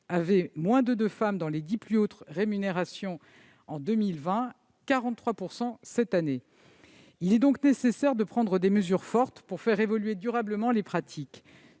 moins de deux femmes parmi les dix plus hautes rémunérations en 2020 ; elles sont 43 % cette année ! Il est donc nécessaire de prendre des mesures fortes pour faire évoluer durablement les pratiques.